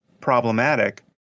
problematic